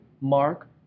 Mark